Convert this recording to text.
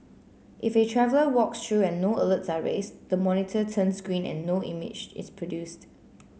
if a traveller walks through and no alerts are raised the monitor turns green and no image is produced